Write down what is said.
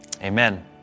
amen